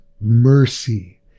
mercy